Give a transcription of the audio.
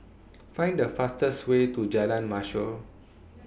Find The fastest Way to Jalan Mashor